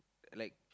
like